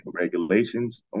regulations